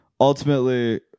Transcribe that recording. ultimately